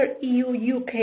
EU-UK